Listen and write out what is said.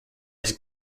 his